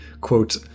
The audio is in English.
quote